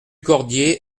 cordier